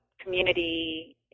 community